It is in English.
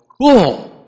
Cool